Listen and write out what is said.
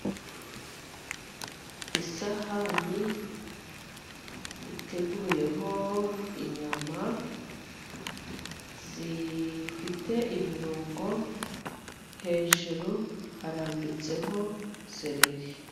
Isahane iteguyeho inyama, zifite ibirungo hejuru harambitseho, sereri.